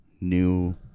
new